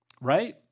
right